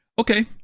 Okay